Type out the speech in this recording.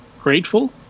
Grateful